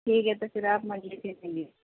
ٹھیک ہے تو پھر آپ منڈی سے لے لیجیے